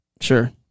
Sure